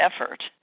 effort